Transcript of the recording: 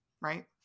Right